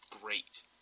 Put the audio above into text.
great